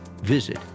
visit